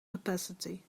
capacity